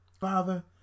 Father